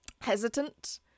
hesitant